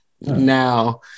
Now